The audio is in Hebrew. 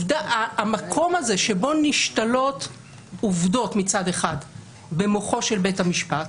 המקום הזה שבו נשתלות עובדות מצד אחד במוחו של בית המשפט,